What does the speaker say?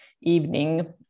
evening